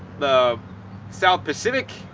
the south pacific,